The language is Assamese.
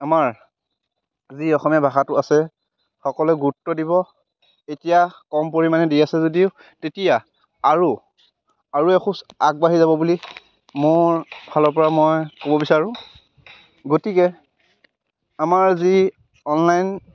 আমাৰ যি অসমীয়া ভাষাটো আছে সকলোৱে গুৰুত্ব দিব এতিয়া কম পৰিমাণে দি আছে যদিও তেতিয়া আৰু আৰু এখুজ আগবাঢ়ি যাব বুলি মোৰ ফালৰপৰা মই ক'ব বিচাৰোঁ গতিকে আমাৰ যি অনলাইন